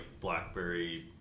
blackberry